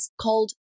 called